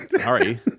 Sorry